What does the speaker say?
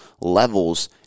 levels